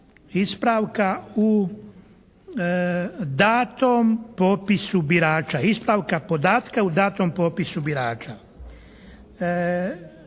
ispravka u datom popisu birača. Ispravka podatka u datom popisu birača.